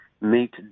meet